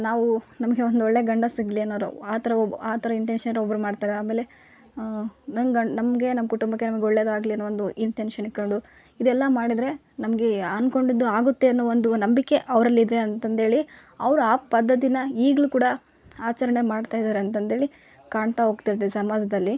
ನಾವು ನಮಗೆ ಒಂದು ಒಳ್ಳೆಯ ಗಂಡ ಸಿಗಲಿ ಅನ್ನೋರು ಆ ಥರ ಒಬ್ಬ ಆ ಥರ ಇಂಟೆನ್ಷನಲ್ಲಿ ಒಬ್ರು ಮಾಡ್ತಾರೆ ಆಮೇಲೆ ನಂಗೆ ನಮಗೆ ನಮ್ಮ ಕುಟುಂಬಕ್ಕೆ ನಮಗೆ ಒಳ್ಳೆಯದು ಆಗಲಿ ಅನ್ನೋ ಒಂದು ಇಂಟೆನ್ಷನ್ನ ಇಟ್ಕಂಡು ಇದೆಲ್ಲ ಮಾಡಿದರೆ ನಮಗೆ ಅನ್ಕೊಂಡಿದ್ದು ಆಗುತ್ತೆ ಅನ್ನೋ ಒಂದು ನಂಬಿಕೆ ಅವ್ರಲ್ಲಿ ಇದೆ ಅಂತ ಅಂದೇಳಿ ಅವ್ರು ಆ ಪದ್ಧತಿನ ಈಗಲೂ ಕೂಡ ಆಚರಣೆ ಮಾಡ್ತಾ ಇದಾರೆ ಅಂತಂದೇಳಿ ಕಾಣ್ತಾ ಹೋಗ್ತಿದ್ವಿ ಸಮಾಜದಲ್ಲಿ